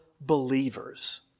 believers